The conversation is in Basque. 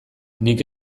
nik